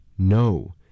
No